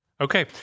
okay